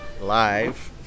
live